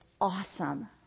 awesome